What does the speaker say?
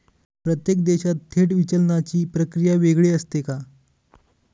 प्रत्येक देशात थेट विचलनाची प्रक्रिया वेगळी असते का?